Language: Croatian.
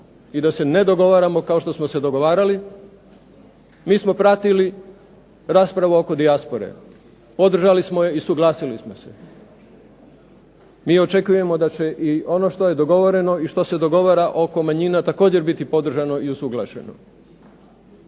i da se ne dogovaramo kao što smo se dogovarali mi smo pratili raspravu oko dijaspore, podržali smo je i suglasili smo se. Mi očekujemo da će i ono što je dogovoreno i što se dogovara oko manjina također biti podržano i usuglašeno